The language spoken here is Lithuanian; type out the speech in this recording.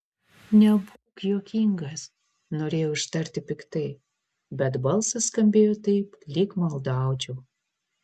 nebūk juokingas norėjau ištarti piktai bet balsas skambėjo taip lyg maldaučiau